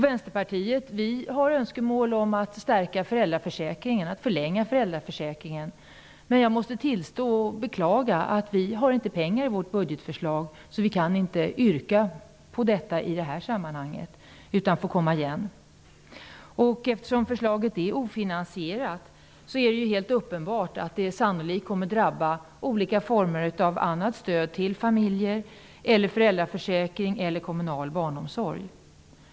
Vänsterpartiet har önskemål om att förlänga föräldraförsäkringen, men jag måste tillstå och beklaga att vi inte har pengar i vårt budgetförslag, så vi kan inte yrka på en sådan förbättring i det här sammanhanget utan får komma igen. Eftersom förslaget till vårdnadsbidrag är ofinansierat, är det uppenbart att ett genomförande av det sannolikt kommer att drabba andra former av stöd till familjer eller föräldraförsäkring eller kommunal barnomsorg.